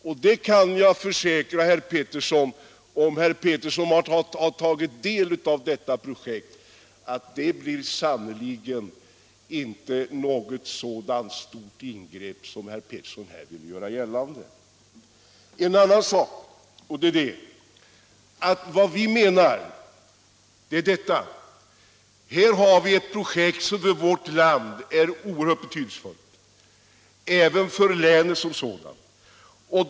Om herr Petersson tar del av detta projekt kan jag försäkra honom att han skall finna att det sannerligen inte blir ett sådant ingrepp i miljön som han här vill göra gällande. Detta projekt är oerhört betydelsefullt för vårt land och även för länet.